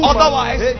Otherwise